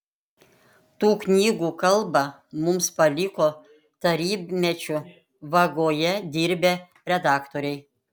tų knygų kalbą mums paliko tarybmečiu vagoje dirbę redaktoriai